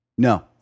No